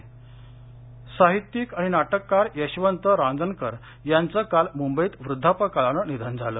निधन साहित्यिकक आणि नाटककार यशवंत रांजणकर यांचं काल मुंबईत वृद्धापकाळानं निधन झालं